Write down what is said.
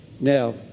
Now